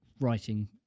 writing